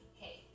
hey